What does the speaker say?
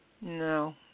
No